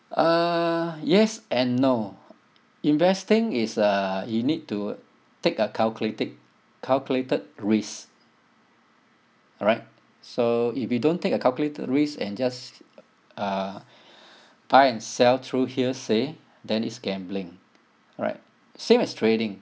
uh yes and no investing is uh you need to take a calculated calculated risk all right so if you don't take a calculated risk and just uh buy and sell through hearsay then it's gambling right same as trading